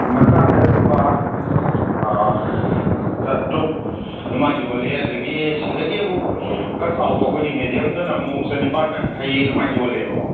ꯃꯆꯥꯗ ꯂꯨꯄꯥ ꯆꯥꯇ꯭ꯔꯨꯛ ꯑꯗꯨꯃꯥꯏ ꯌꯣꯜꯂꯦ ꯑꯗꯒꯤ ꯁꯤꯗꯒꯤ ꯑꯃꯨꯛ ꯈꯔ ꯆꯥꯎꯕ ꯑꯩꯈꯣꯏꯒꯤ ꯃꯦꯗ꯭ꯌꯤꯝꯗꯅ ꯑꯃꯨꯛ ꯆꯅꯤꯄꯥꯟ ꯌꯥꯡꯈꯩ ꯑꯗꯨꯃꯥꯏ ꯌꯣꯜꯂꯦꯕꯀꯣ